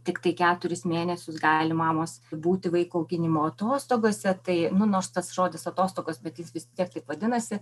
tiktai keturis mėnesius gali mamos būti vaiko auginimo atostogose tai nu nors tas žodis atostogos bet jis vistiek taip vadinasi